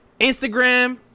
Instagram